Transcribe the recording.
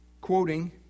quoting